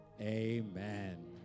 amen